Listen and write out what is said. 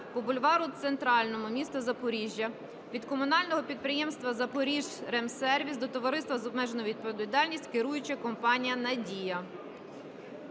по бульвару Центральному, місто Запоріжжя, від комунального підприємства "Запоріжремсервіс" до товариства з обмеженою відповідальністю "Керуюча компанія "Надія".